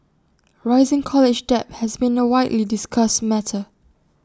rising college debt has been A widely discussed matter